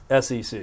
SEC